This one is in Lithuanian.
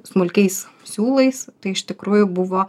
smulkiais siūlais tai iš tikrųjų buvo